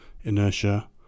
inertia